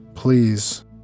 Please